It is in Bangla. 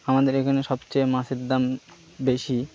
আমাদের এখানে সবচেয়ে মাছের দাম বেশি